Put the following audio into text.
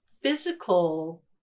physical